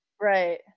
Right